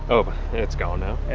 oh, yeah, it's gone now.